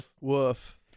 Woof